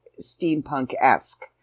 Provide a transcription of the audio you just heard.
steampunk-esque